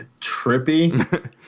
trippy